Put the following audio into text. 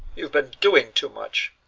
you've been doing too much.